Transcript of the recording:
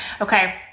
Okay